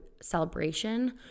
celebration